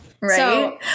Right